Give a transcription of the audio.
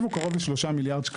התקצבי הוא קרוב ל-3 מיליארד שקלים.